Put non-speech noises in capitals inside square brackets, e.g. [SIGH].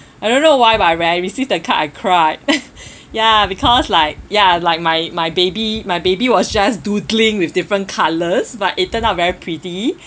I don't know why but when I receive the card I cried [NOISE] ya because like ya like my my baby my baby was just doodling with different colours but it turned out very pretty